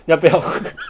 要不要